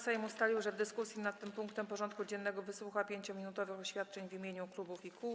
Sejm ustalił, że w dyskusji nad tym punktem porządku dziennego wysłucha 5-minutowych oświadczeń w imieniu klubów i koła.